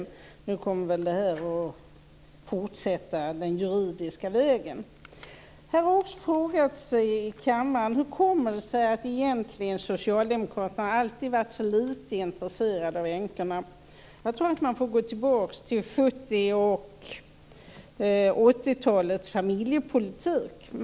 Men nu kommer väl det här att fortsätta den juridiska vägen. Här i kammaren har det frågats hur det egentligen kommer sig att Socialdemokraterna alltid varit så lite intresserade av änkorna. Jag tror att man får gå tillbaka till 70 och 80-talens familjepolitik.